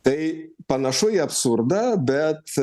tai panašu į absurdą bet